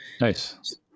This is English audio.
nice